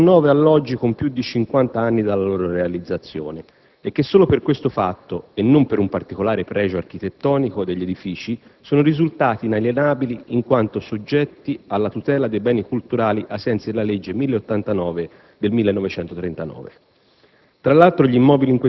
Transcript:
1993, 19 alloggi con più di 50 anni dalla loro realizzazione che, solo per questo fatto e non per un particolare pregio architettonico degli edifici, sono risultati inalienabili in quanto soggetti alla tutela dei beni culturali, ai sensi della legge n. 1089 del 1939.